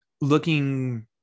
looking